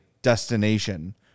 destination